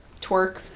twerk